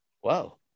whoa